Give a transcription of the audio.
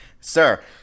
Sir